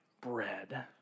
bread